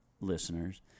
listeners